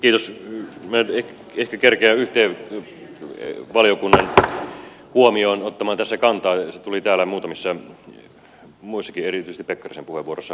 minä nyt ehkä yhteen valiokunnan huomioon kerkeän ottamaan tässä kantaa ja se tuli täällä muutamissa muissakin erityisesti pekkarisen puheenvuorossa esille